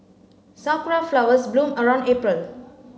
sakura flowers bloom around April